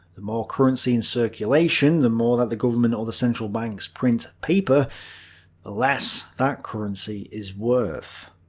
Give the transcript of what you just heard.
the more currency in circulation the more that the government or the central banks print paper the less that currency is worth.